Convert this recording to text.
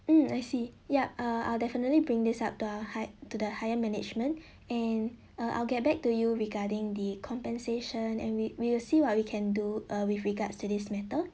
mm I see yup uh I'll definitely bring this up to high to the higher management and uh I'll get back to you regarding the compensation and we we will see what we can do uh with regards to this matter